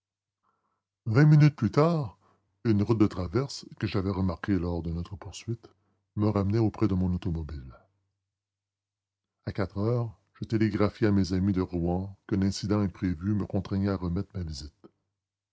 vingt minutes plus tard une route de traverse que j'avais remarquée lors de notre poursuite me ramenait auprès de mon automobile à quatre heures je télégraphiais à mes amis de rouen qu'un incident imprévu me contraignait à remettre ma visite